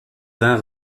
vin